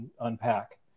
unpack